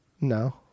No